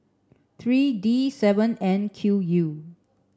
three D seven N Q U